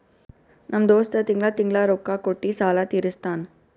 ನಮ್ ದೋಸ್ತ ತಿಂಗಳಾ ತಿಂಗಳಾ ರೊಕ್ಕಾ ಕೊಟ್ಟಿ ಸಾಲ ತೀರಸ್ತಾನ್